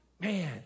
Man